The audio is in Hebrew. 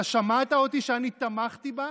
אתה שמעת שאני תמכתי בה?